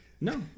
No